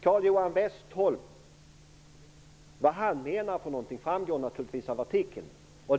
Det framgår av artikeln vad Carl-Johan Westholm menar.